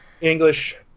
English